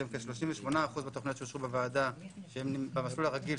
שהן כ-38% מהתוכניות שאושרו בוועדה במסלול הרגיל,